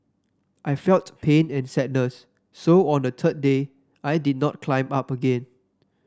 I felt pain and sadness so on the third day I did not climb up again